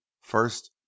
First